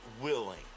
willing